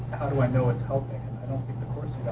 how do i know it's helping? and i don't think the course